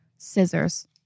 Scissors